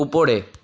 উপরে